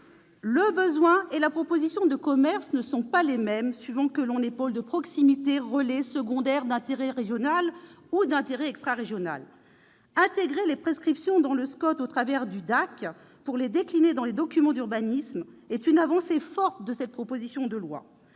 Le besoin et la proposition de commerces ne sont pas les mêmes suivant que l'on est un pôle de proximité, relais, secondaire, d'intérêt régional ou extrarégional. Intégrer les prescriptions dans le SCOT au travers du DAC, pour les décliner dans les documents d'urbanisme est une avancée forte de cette proposition de loi.